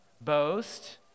boast